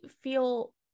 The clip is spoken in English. feel